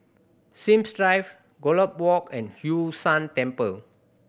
Sims Drive Gallop Walk and Hwee San Temple